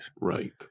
Right